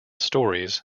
stories